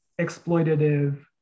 exploitative